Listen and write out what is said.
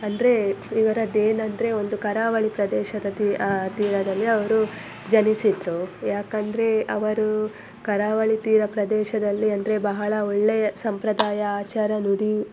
ಅಂದರೆ ಇವರದ್ದೇನಂದರೆ ಒಂದು ಕರಾವಳಿ ಪ್ರದೇಶದ ತೀ ತೀರದಲ್ಲಿ ಅವರು ಜನಿಸಿದ್ದರು ಯಾಕಂದರೆ ಅವರು ಕರಾವಳಿ ತೀರ ಪ್ರದೇಶದಲ್ಲಿ ಅಂದರೆ ಬಹಳ ಒಳ್ಳೆಯ ಸಂಪ್ರದಾಯ ಆಚಾರ ನುಡಿ